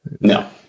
no